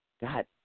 God